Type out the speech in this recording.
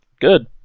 good